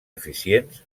eficients